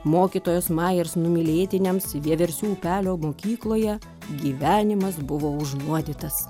mokytojos majers numylėtiniams vieversių upelio mokykloje gyvenimas buvo užnuodytas